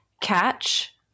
catch